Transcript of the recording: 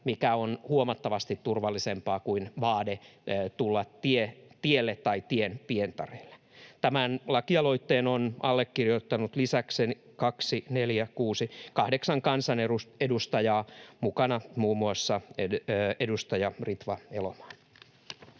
mikä on huomattavasti turvallisempaa kuin vaade tulla tielle tai tien pientareelle. Tämän lakialoitteen on allekirjoittanut lisäkseni kahdeksan kansanedustajaa, mukana muun muassa edustaja Ritva Elomaa.